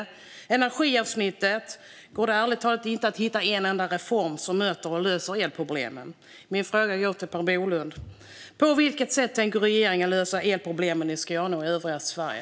I energiavsnittet går det ärligt talat inte att hitta en enda reform som möter och löser elproblemen. Min fråga går till Per Bolund. På vilket sätt tänker regeringen lösa elproblemen i Skåne och övriga Sverige?